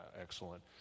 Excellent